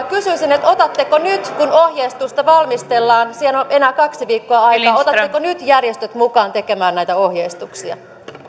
kysyisin otatteko nyt kun ohjeistusta valmistellaan siihen on enää kaksi viikkoa aikaa järjestöt mukaan tekemään näitä ohjeistuksia arvoisa